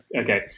Okay